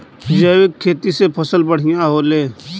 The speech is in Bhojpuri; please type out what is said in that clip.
जैविक खेती से फसल बढ़िया होले